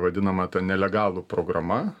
vadinama ta nelegalų programa